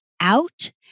out